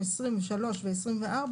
בעצם העובדה שלוקחים חלק בעולם של חסד וחמלה,